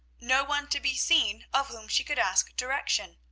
no one to be seen of whom she could ask direction.